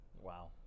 Wow